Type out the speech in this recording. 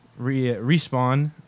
respawn